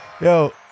Yo